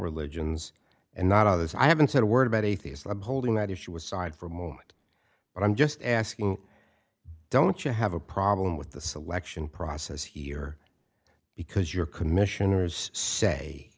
religions and not others i haven't said a word about atheists holding that issue aside for a moment but i'm just asking don't you have a problem with the selection process here because you're commissioners say